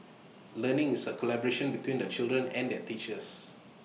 learning is A collaboration between the children and their teachers